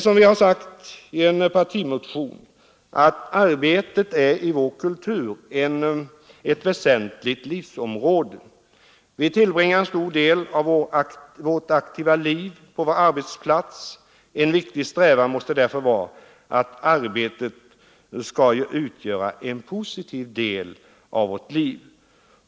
Som vi har sagt i en partimotion är arbetet ett väsentligt livsområde i vår kultur. Vi tillbringar en stor del av vårt aktiva liv på vår arbetsplats. En viktig strävan måste därför vara att arbetet utgör en positiv del av vårt liv.